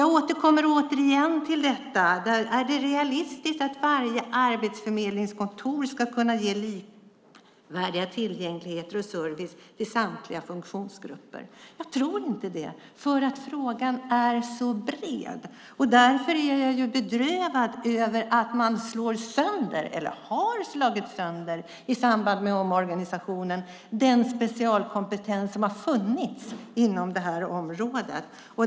Jag frågar igen: Är det realistiskt att varje arbetsförmedlingskontor ska kunna ge likvärdig tillgänglighet och service till samtliga funktionsgrupper? Jag tror inte det. Frågan är så bred. Därför är jag bedrövad över att man i samband med omorganisationen har slagit sönder den specialkompetens som har funnits inom det här området.